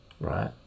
right